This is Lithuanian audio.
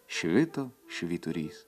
švito švyturys